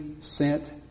sent